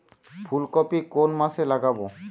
ফুলকপি কোন মাসে লাগাবো?